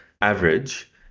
average